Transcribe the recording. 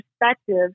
perspective